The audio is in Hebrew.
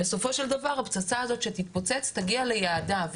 בסופו של דבר הפצצה הזאת שתתפוצץ תגיע ליעדה,